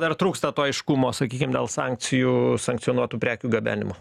dar trūksta to aiškumo sakykim dėl sankcijų sankcionuotų prekių gabenimo